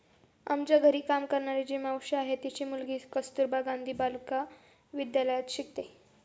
आमच्या घरी काम करणारी जी मावशी आहे, तिची मुलगी कस्तुरबा गांधी बालिका विद्यालयात शिकते